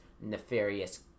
nefarious